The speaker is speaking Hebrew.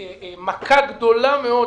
טמיר, הגיעה תשובה?